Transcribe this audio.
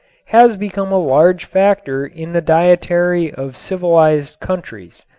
has become a large factor in the dietary of civilized countries.